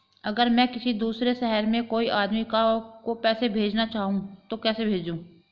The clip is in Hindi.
अगर मैं किसी दूसरे शहर में कोई आदमी को पैसे भेजना चाहूँ तो कैसे भेजूँ?